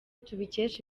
tubikesha